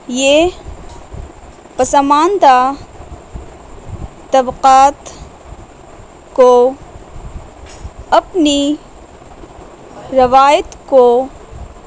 یہ پسماندہ طبقات کو اپنی روایت کو